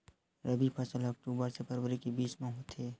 रबी फसल हा अक्टूबर से फ़रवरी के बिच में होथे